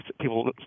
people